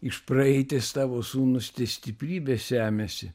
iš praeities tavo sūnūs te stiprybę semiasi